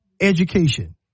education